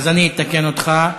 אז אני אתקן אותך.